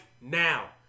now